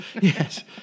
yes